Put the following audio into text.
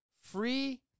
free